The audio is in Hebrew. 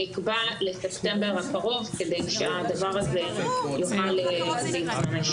זה נקבע לספטמבר הקרוב כדי שהדבר יוכל להתממש.